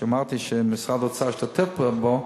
ואמרתי שגם משרד האוצר השתתף בו,